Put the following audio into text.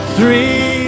Three